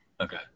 Okay